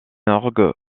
orgue